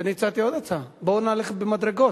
שאני הצעתי עוד הצעה: בוא נהלך במדרגות.